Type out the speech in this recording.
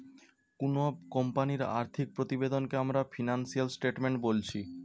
কুনো কোম্পানির আর্থিক প্রতিবেদনকে আমরা ফিনান্সিয়াল স্টেটমেন্ট বোলছি